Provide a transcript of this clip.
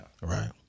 Right